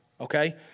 Okay